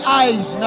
eyes